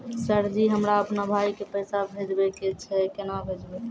Sir ji हमरा अपनो भाई के पैसा भेजबे के छै, केना भेजबे?